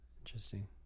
interesting